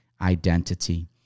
identity